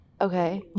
Okay